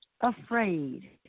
afraid